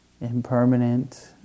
impermanent